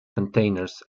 containers